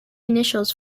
initials